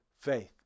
faith